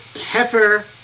heifer